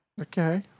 okay